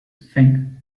feng